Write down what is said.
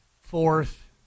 fourth